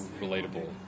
relatable